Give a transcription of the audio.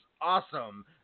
awesome